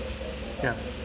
ya